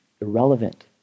irrelevant